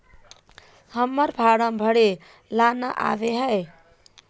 हम्मर फारम भरे ला न आबेहय?